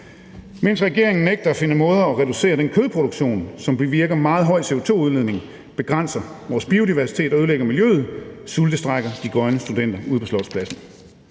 Mens regeringen nægter at finde måder at reducere den kødproduktion, som bevirker en meget høj CO2-udledning, begrænser vores biodiversitet og ødelægger miljøet, sultestrejker de grønne studenter ude på Slotspladsen.